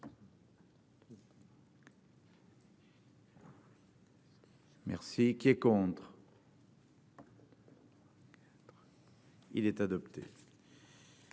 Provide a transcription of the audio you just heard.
Merci qui est contre. Il est adopté.